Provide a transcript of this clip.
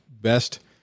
best